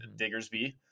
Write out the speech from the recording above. Diggersby